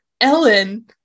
Ellen